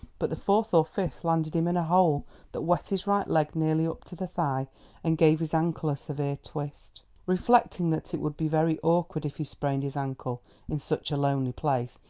but the fourth or fifth landed him in a hole that wet his right leg nearly up to the thigh and gave his ankle a severe twist. reflecting that it would be very awkward if he sprained his ankle in such a lonely place,